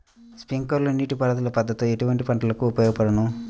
Sprinkler నీటిపారుదల పద్దతి ఎటువంటి పంటలకు ఉపయోగపడును?